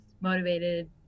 motivated